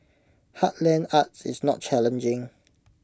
heartland arts is not challenging